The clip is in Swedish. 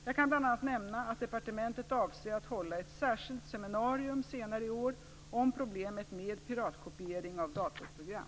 Jag kan bl.a. nämna att departementet avser att hålla ett särskilt seminarium senare i år om problemet med piratkopiering av datorprogram.